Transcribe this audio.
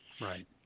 Right